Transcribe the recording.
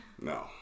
No